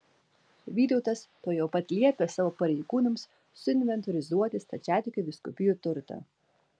vytautas tuojau pat liepė savo pareigūnams suinventorizuoti stačiatikių vyskupijų turtą